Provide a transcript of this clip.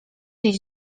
iść